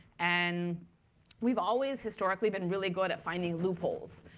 and we've always historically been really good at finding loopholes.